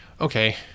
okay